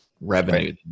revenue